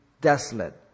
desolate